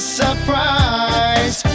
surprise